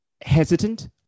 hesitant